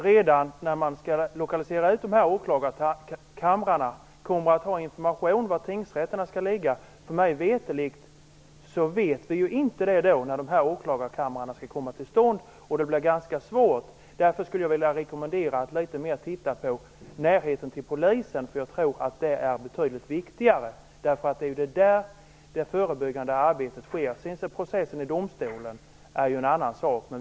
Herr talman! Jag tror inte att det redan när åklagarkamrarna skall lokaliseras ut kommer att finnas information om var tingsrätterna skall ligga. Såvitt jag förstår vet vi inte när åklagarkamrarna skall komma till stånd. Det här blir alltså ganska svårt. Därför skulle jag vilja rekommendera att man litet mera tittar på närheten till polisen. Jag tror nämligen att det är betydligt viktigare. Det är ju där som det förebyggande arbetet sker. Processen i domstolen är sedan en annan sak.